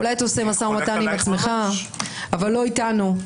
אולי אתה עושה משא ומתן עם עצמך אבל לא אתנו.